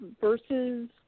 versus